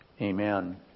Amen